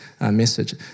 message